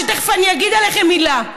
ותכף אני אגיד עליכם מילה.